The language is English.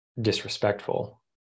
disrespectful